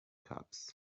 cups